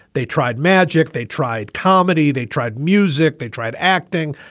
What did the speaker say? they tried magic, they tried comedy, they tried music, they tried acting,